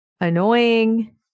annoying